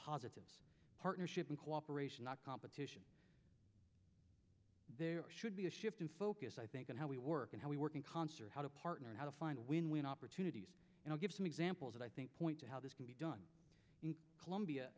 positive partnership and cooperation not competition there should be a shift in focus i think in how we work and how we work in concert how to partner how to find win win opportunities and i'll give some examples that i think point to how this can be done